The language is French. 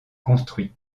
construit